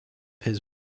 his